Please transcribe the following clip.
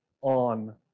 on